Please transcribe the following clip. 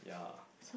yeah